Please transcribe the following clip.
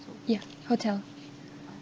ya hotel